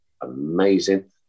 Amazing